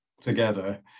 together